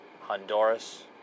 Honduras